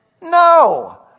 No